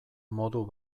modu